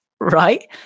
right